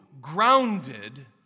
grounded